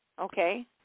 Okay